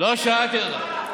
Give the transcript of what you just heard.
לא שאלתי אותך,